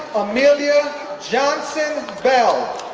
amelia johnson bell